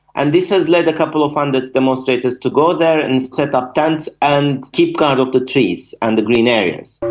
and this has led a couple of hundred demonstrators to go there and set up tents and keep guard of the trees and the green areas.